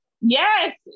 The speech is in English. Yes